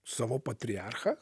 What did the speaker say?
savo patriarchą